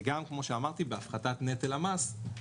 וגם בהפחתת נטל המס,